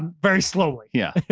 very slowly. yeah. yeah